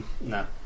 No